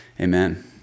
Amen